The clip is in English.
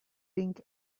think